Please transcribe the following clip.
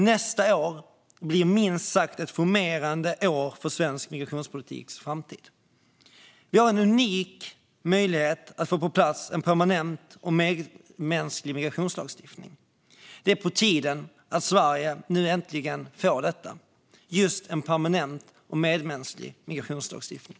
Nästa år blir minst sagt ett formerande år för svensk migrationspolitiks framtid. Vi har en unik möjlighet att få en permanent och medmänsklig migrationslagstiftning på plats. Det är på tiden att Sverige äntligen får just detta: en permanent och medmänsklig migrationslagstiftning.